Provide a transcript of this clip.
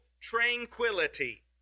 tranquility